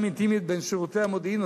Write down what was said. גם אינטימית בין שירותי המודיעין,